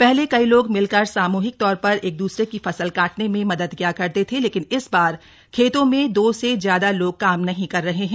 पहले कई लोग मिलकर सामूहिक तौर पर एकद्सरे की फसल काटने में मदद किया करते थे लेकिन इस बार खेतों में दो से ज्यादा लोग काम नहीं कर रहे हैं